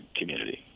community